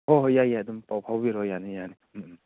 ꯍꯣꯏ ꯍꯣꯏ ꯌꯥꯏ ꯌꯥꯏ ꯑꯗꯨꯝ ꯄꯥꯎ ꯐꯥꯎꯕꯤꯔꯛꯑꯣ ꯌꯥꯅꯤ ꯌꯥꯅꯤ ꯎꯝ ꯎꯝ